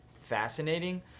fascinating